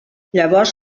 llavors